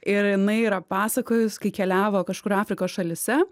ir jinai yra pasakojus kai keliavo kažkur afrikos šalyse